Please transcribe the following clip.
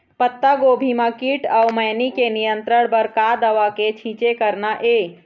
पत्तागोभी म कीट अऊ मैनी के नियंत्रण बर का दवा के छींचे करना ये?